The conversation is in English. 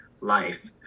life